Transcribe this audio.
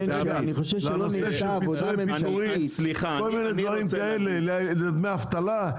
פיצוי, לדמי אבטלה.